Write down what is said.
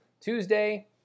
Tuesday